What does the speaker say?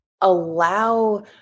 allow